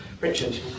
Richard